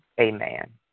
Amen